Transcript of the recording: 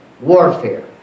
warfare